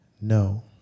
no